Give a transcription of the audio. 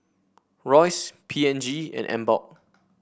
Royce P and G and Emborg